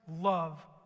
love